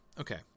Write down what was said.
okay